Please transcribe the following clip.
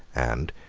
and,